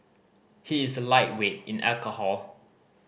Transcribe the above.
he is a lightweight in alcohol